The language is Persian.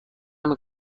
نمی